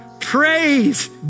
praise